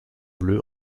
bleue